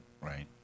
Right